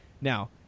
Now